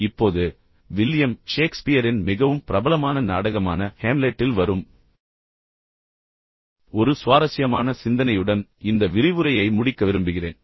இப்போது வில்லியம் ஷேக்ஸ்பியரின் மிகவும் பிரபலமான நாடகமான ஹேம்லெட்டில் வரும் ஒரு சுவாரஸ்யமான சிந்தனையுடன் இந்த விரிவுரையை முடிக்க விரும்புகிறேன்